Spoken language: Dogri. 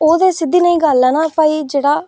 ओह् ते सिद्धी नेही गल्ल ऐ निं की भई जेह्ड़ा